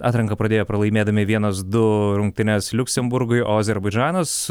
atranką pradėjo pralaimėdami vienas du rungtynes liuksemburgui o azerbaidžanas